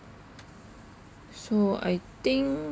so I think